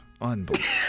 Unbelievable